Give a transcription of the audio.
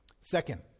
Second